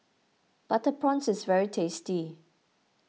Butter Prawns is very tasty